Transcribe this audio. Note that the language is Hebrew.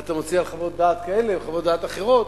ואתה מציע חוות דעת כאלה וחוות דעת אחרות,